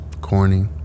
Corny